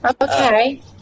Okay